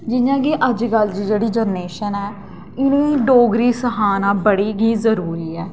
जि'यां के अजकल दी जेह्ड़ी जैनरेशन ऐ इ'नें गी डोगरी सखाना बड़ी गै जरूरी ऐ